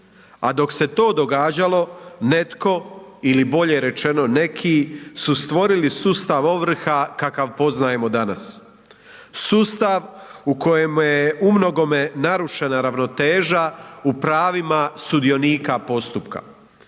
A dok se to događalo netko ili bolje rečeno neki su stvorili sustav ovrha kakav poznajemo danas. Sustav u kojemu je umnogome narušena ravnoteža u pravima sudionika postupka.